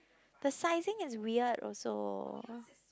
the sizing is weird also